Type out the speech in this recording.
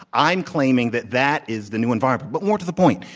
i'm claiming that that is the new environment. but more to the point,